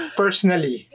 personally